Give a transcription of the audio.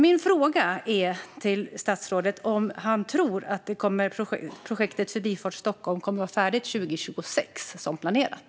Min fråga till statsrådet gäller om han tror att projektet Förbifart Stockholm kommer att vara färdigt 2026 som planerat.